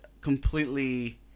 completely